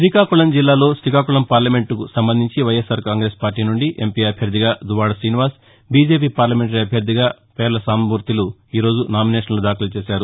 శ్రీకాకుళం జిల్లాలో శ్రీకాకుళం పార్లమెంట్కు సంబంధించి వైఎస్ఆర్ పార్టీ నుండి ఎంపీ అభ్యర్థిగా దువ్వాడ శ్రీనివాస్ బీజేపీ పార్లమెంటరీ అభ్యర్థిగా పేర్ల సాంబమూర్తిలు ఈ రోజు నామినేషన్ల వేశారు